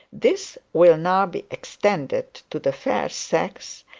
this will now be extended to the fair sex,